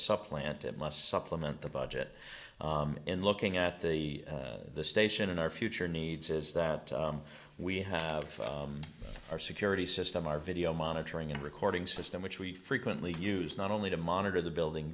supplant it must supplement the budget in looking at the station and our future needs is that we have our security system our video monitoring and recording system which we frequently use not only to monitor the building